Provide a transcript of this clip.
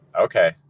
Okay